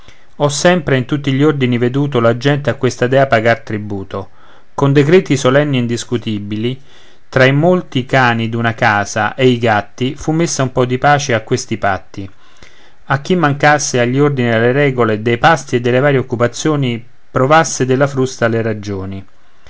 ho sempre e in tutti gli ordini veduto la gente a questa dea pagar tributo con decreti solenni e indiscutibili tra i molti cani d'una casa e i gatti fu messa un po di pace a questi patti che chi mancasse agli ordini e alle regole dei pasti e delle varie occupazioni provasse della frusta le ragioni